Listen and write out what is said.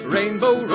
Rainbow